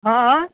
ہاں ہاں